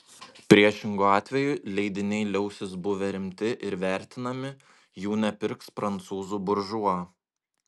priešingu atveju leidiniai liausis buvę rimti ir vertinami jų nepirks prancūzų buržua